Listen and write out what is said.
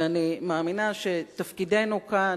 ואני מאמינה שתפקידנו כאן